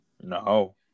no